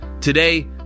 Today